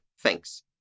thanks